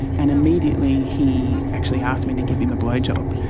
and immediately he actually asked me to give him a blow job.